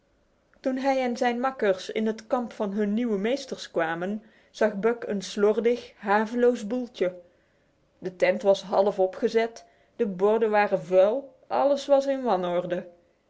toen hij en zijn makkers in het kamp van hun nieuwe meesters kwamen zag buck een slordig haveloos boeltje de tent was half opgezet de borden waren vuil alles was in wanorde